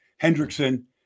Hendrickson